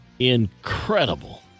incredible